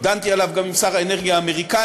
דנתי עליו גם עם שר האנרגיה האמריקני,